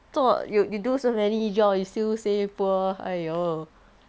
做 you you do so many job you still say poor !aiyo!